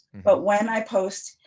but when i post,